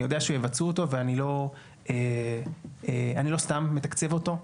יודע שיבצעו אותו ואני לא סתם מתקצב אותו,